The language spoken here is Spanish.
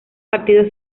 partidos